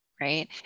right